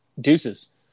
Deuces